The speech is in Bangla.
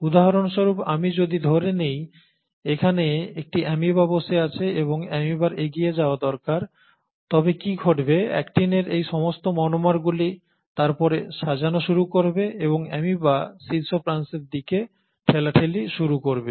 উদাহরণস্বরূপ আমি যদি ধরে নেই এখানে একটি অ্যামিবা বসে আছে এবং অ্যামিবার এগিয়ে যাওয়া দরকার তবে কী ঘটবে অ্যাক্টিনের এই সমস্ত মনোমারগুলি তারপরে সাজানো শুরু করবে এবং অ্যামিবার শীর্ষ প্রান্তের দিকে ঠেলাঠেলি শুরু করবে